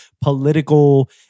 political